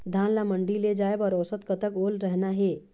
धान ला मंडी ले जाय बर औसत कतक ओल रहना हे?